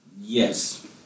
Yes